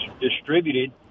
distributed